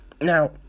Now